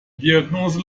diagnose